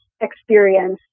experience